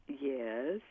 Yes